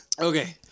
Okay